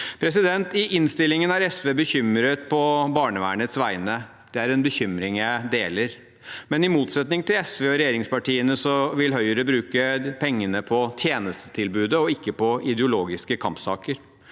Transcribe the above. media. I innstillingen er SV bekymret på barnevernets vegne. Det er en bekymring jeg deler. Men i motsetning til SV og regjeringspartiene vil Høyre bruke pengene på tjenestetilbudet og ikke på ideologiske kampsaker.